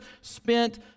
spent